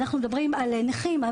אנחנו מדברים על נכים.